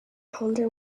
holder